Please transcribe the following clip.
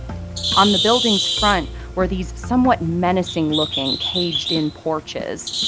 on the building's front were these somewhat menacing-looking caged-in porches.